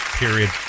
period